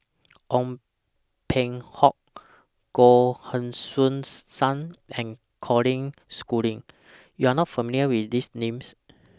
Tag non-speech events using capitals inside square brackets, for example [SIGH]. [NOISE] Ong Peng Hock Goh Heng Soon SAM and Colin Schooling YOU Are not familiar with These Names